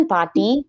Party